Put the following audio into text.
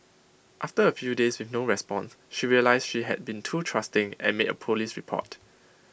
after A few days with no response she realised she had been too trusting and made A Police report